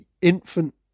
infant